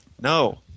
No